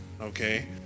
okay